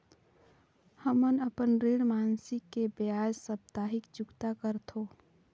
हमन अपन ऋण मासिक के बजाय साप्ताहिक चुकता करथों